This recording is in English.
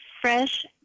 fresh